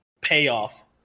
payoff